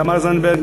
תמר זנדברג,